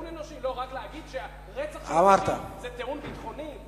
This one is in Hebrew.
לא, רק להגיד: רצח אנושי זה טיעון ביטחוני?